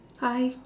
hi